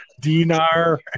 Dinar